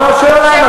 ריבונו של עולם,